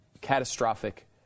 catastrophic